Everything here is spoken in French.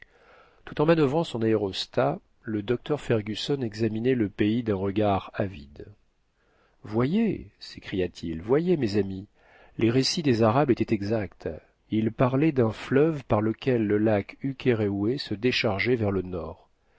tout en manuvrant son aérostat le docteur fergusson examinait le pays d'un regard avide voyez s'écria-t-il voyez mes amis les récits des arabes étaient exacts ils parlaient d'un fleuve par lequel le lac ukéréoué se déchargeait vers le nord